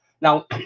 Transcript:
Now